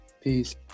peace